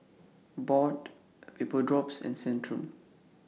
Abbott Vapodrops and Centrum